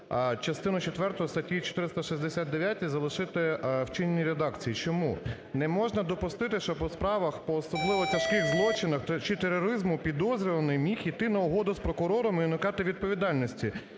четверту статті 469 залишити в чинній редакції. Чому? Не можна допустити, щоб у справах по особливо тяжких злочинах чи тероризму підозрюваний міг іти на угоду з прокурором і уникати відповідальності.